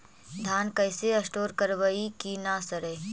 धान कैसे स्टोर करवई कि न सड़ै?